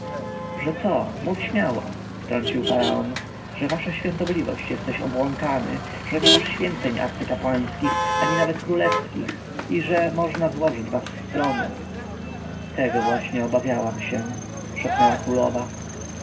że co mów śmiało wtrącił faraon że wasza świątobliwość jesteś obłąkany że nie masz święceń arcykapłańskich ani nawet królewskich i że można złożyć was z tronu tego właśnie obawiałam się szepnęła królowa